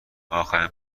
اخرین